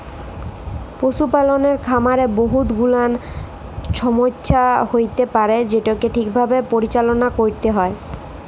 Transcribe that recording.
পশুপালকের খামারে বহুত গুলাল ছমচ্যা হ্যইতে পারে যেটকে ঠিকভাবে পরিচাললা ক্যইরতে হ্যয়